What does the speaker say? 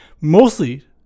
mostly